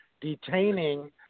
detaining